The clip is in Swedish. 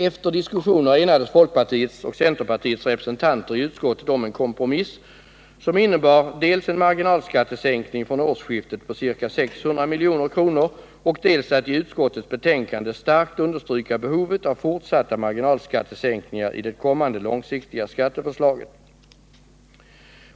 Efter diskussioner enades folkpartiets och centerpartiets representanter i utskottet om en kompromiss som innebar dels en marginalskattesänkning från årsskiftet på ca 600 milj.kr., dels ett starkt understrykande i utskottets betänkande av behovet av fortsatta marginalskattesänkningar i det kommande långsiktiga skatteförslaget.